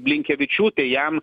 blinkevičiūtė jam